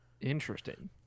Interesting